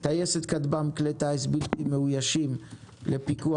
טייסת כטב"מ כלי טיס בלתי מאוישים לפיקוח